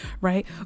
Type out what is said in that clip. right